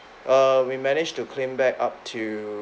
err we managed to claim back up to